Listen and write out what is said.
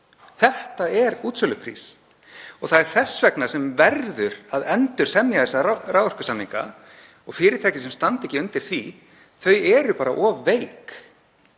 Það er útsöluprís og það er þess vegna sem verður að endursemja þessa raforkusamninga. Fyrirtæki sem standa ekki undir því eru bara of veik.